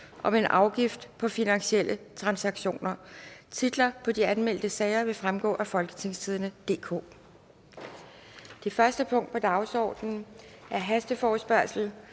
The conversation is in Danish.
om en afgift på finansielle transaktioner). Titlerne på de anmeldte sager vil fremgå af www.folketingstidende.dk (jf. ovenfor). --- Det første punkt på dagsordenen er: 1) Forespørgsel